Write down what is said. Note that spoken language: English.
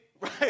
right